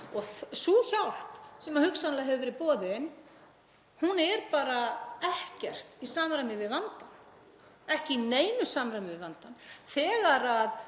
í. Sú hjálp sem hugsanlega hefur verið boðin er bara ekkert í samræmi við vandann, ekki í neinu samræmi við vandann. Þegar